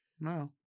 No